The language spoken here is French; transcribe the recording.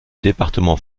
département